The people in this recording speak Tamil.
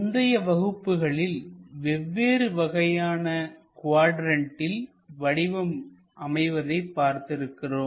முந்தைய வகுப்புகளில் வெவ்வேறு வகையான குவாட்ரண்ட்டில் வடிவம் அமைவதைப் பார்த்திருக்கிறோம்